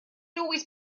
always